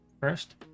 first